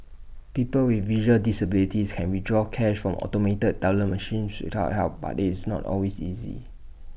people with visual disabilities can withdraw cash from automated teller machines without help but IT is not always easy